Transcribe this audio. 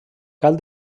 cal